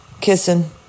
kissing